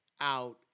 out